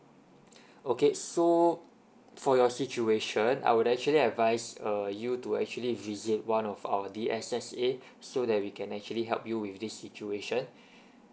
okay so for your situation I would actually advice uh you to actually visit one of our D_S_S_A so that we can actually help you with this situation